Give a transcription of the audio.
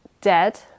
dead